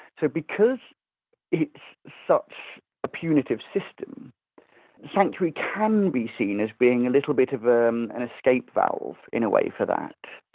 so because it's such a punitive system, actually sanctuary can be seen as being a little bit of ah um an escape valve, in a way, for that.